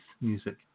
music